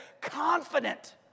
confident